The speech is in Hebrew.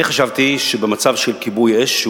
אני חשבתי שבמצב של כיבוי האש,